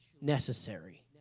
necessary